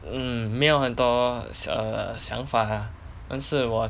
err 没有很多 err 想法 ah 但是我